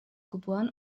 geboren